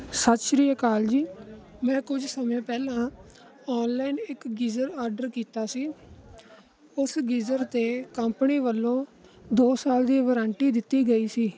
ਸਤਿ ਸ੍ਰੀ ਅਕਾਲ ਜੀ ਮੈਂ ਕੁਝ ਸਮੇਂ ਪਹਿਲਾਂ ਆਨਲਾਈਨ ਇੱਕ ਗੀਜ਼ਰ ਆਰਡਰ ਕੀਤਾ ਸੀ ਉਸ ਗੀਜ਼ਰ 'ਤੇ ਕੰਪਨੀ ਵੱਲੋਂ ਦੋ ਸਾਲ ਦੀ ਵਾਰੰਟੀ ਦਿੱਤੀ ਗਈ ਸੀ